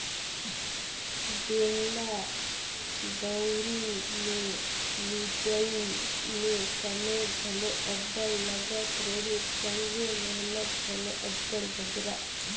बेलना दउंरी मे मिंजई मे समे घलो अब्बड़ लगत रहिस संघे मेहनत घलो अब्बड़ बगरा